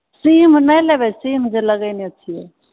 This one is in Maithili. सीम नहि लेबै सीम जे लगैने छियै